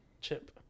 Chip